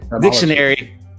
dictionary